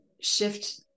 shift